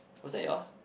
was that yours